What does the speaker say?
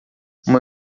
uma